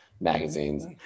magazines